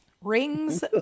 Rings